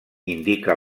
indica